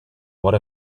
what